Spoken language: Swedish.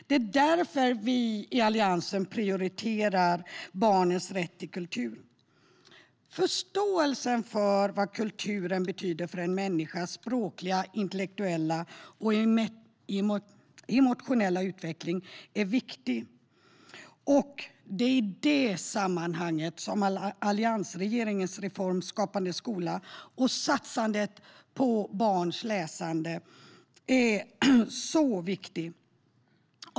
Det är därför vi i Alliansen prioriterar barnens rätt till kultur. Förståelsen för vad kulturen betyder för en människas språkliga, intellektuella och emotionella utveckling är viktig. Det är i det sammanhanget som alliansregeringens reform Skapande skola och satsandet på barns läsande är så viktig.